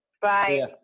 Bye